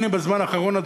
בזמן האחרון,